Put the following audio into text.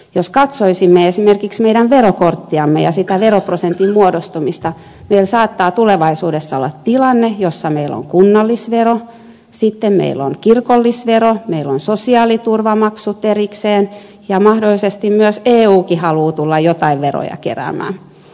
jos katsoisimme esimerkiksi meidän verokorttiamme ja sitä veroprosentin muodostumista meillä saattaa tulevaisuudessa olla tilanne jossa meillä on kunnallisvero sitten meillä on kirkollisvero meillä on sosiaaliturvamaksut erikseen ja mahdollisesti myös eukin haluaa tulla joitain veroja keräämään